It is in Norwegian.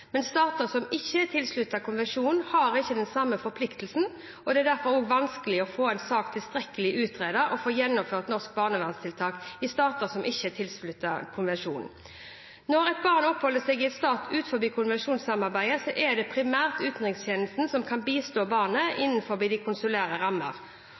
Stater som ikke er tilsluttet konvensjonen, har ikke den samme forpliktelsen. Det er derfor vanskeligere å få en sak tilstrekkelig utredet og få gjennomført norske barnevernstiltak i stater som ikke er tilsluttet konvensjonen. Når et barn oppholder seg i en stat utenfor konvensjonssamarbeidet, er det primært utenrikstjenesten som kan bistå barnet innenfor de konsulære rammer.